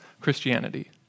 Christianity